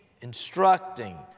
instructing